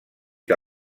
que